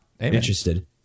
interested